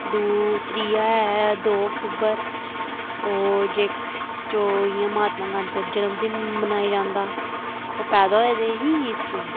दू त्रीआ ऐ दो अक्टूबर ओह् जे चौ इयां महात्मा गांधी दा जन्मदिन मनाया जांदा ओह् पैदा होए दे ही इस दिन